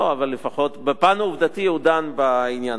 אבל בפן העובדתי הוא דן בעניין הזה.